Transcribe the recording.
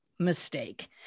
mistake